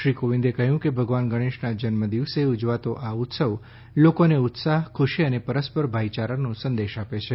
શ્રી કોવિંદે કહ્યું કે ભગવાન ગણેશના જન્મદિવસે ઉજવાતો આ ઉત્સવ લોકોને ઉત્સાહ્ ખુશી અને પરસ્પર ભાઇયારાનો સંદેશ આપે છે